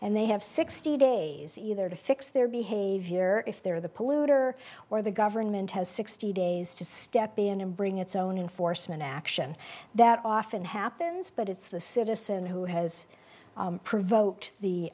and they have sixty days either to fix their behavior if they're the polluter or the government has sixty days to step in and bring its own enforcement action that often happens but it's the citizen who has provoked